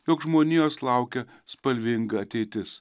jog žmonijos laukia spalvinga ateitis